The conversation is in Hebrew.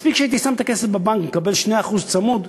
מספיק שהייתי שם את הכסף בבנק, מקבל 2% צמוד,